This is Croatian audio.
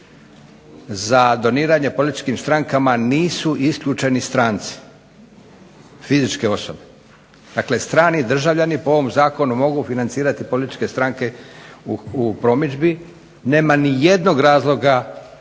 Za doniranje političkim strankama nisu isključeni stranci, fizičke osobe. Dakle, strane osobe po ovom zakonu mogu financirati političke stranke u promidžbi. Nema niti jednog razloga